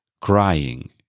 crying